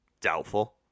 Doubtful